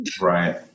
right